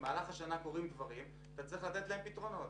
קורים דברים במהלך השנה ויש לתת להם פתרונות.